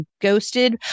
ghosted